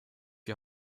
die